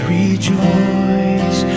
rejoice